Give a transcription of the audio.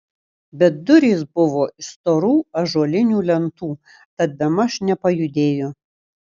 bet durys buvo iš storų ąžuolinių lentų tad bemaž nepajudėjo